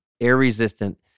air-resistant